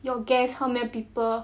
your guests how many people